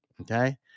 okay